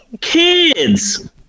Kids